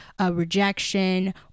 rejection